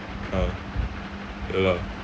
uh ya lah